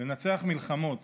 לנצח מלחמות,